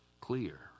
clear